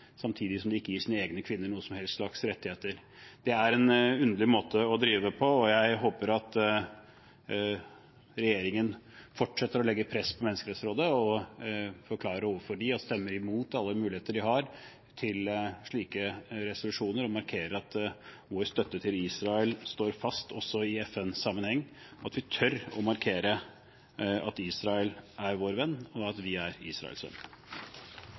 samtidig som de ikke gir sine egne kvinner noen som helst slags rettigheter. Det er en underlig måte å drive på. Jeg håper at regjeringen fortsetter å legge press på Menneskerettighetsrådet og stemmer imot alle muligheter de har til å vedta slike resolusjoner, og markerer at vår støtte til Israel står fast også i FN-sammenheng, at vi tør å markere at Israel er vår venn og at vi er